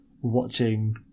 watching